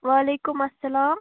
وعلیکُم السلام